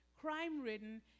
crime-ridden